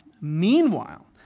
Meanwhile